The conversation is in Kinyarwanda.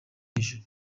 hejuru